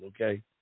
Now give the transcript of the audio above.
okay